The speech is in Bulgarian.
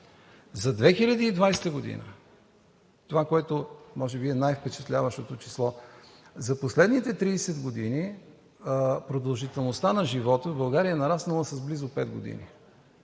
За 2020 г. това, което може би е най-впечатляващото число, за последните 30 години продължителността на живота в България е нараснала с близо пет години